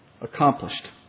accomplished